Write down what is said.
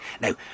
Now